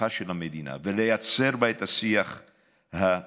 בתוכה של המדינה ולייצר בה את השיח הפוליטי.